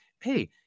hey